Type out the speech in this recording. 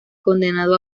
condenado